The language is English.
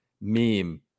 meme